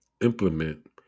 implement